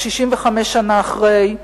65 שנה אחרי,